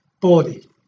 body